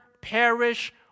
perish